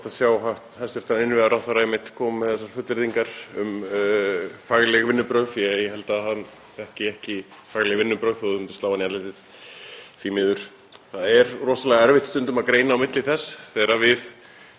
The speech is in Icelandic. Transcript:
Því miður. Það er stundum rosalega erfitt að greina á milli þess þegar við leggjum fram breytingartillögur sem taka tillit sjónarmiða allra umsagnaraðila á mjög nærgætinn og víðtækan hátt,